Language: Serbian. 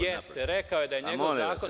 Jeste, rekao je da je njegov zakon.